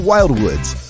Wildwoods